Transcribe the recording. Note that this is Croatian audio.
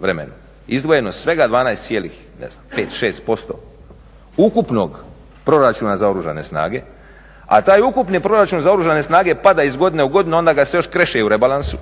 vremenu izdvojeno svega 12,5% ukupnog proračuna za Oružane snage, a taj ukupni proračun za Oružane snage pada iz godine u godinu i onda ga se još kreše i u rebalansu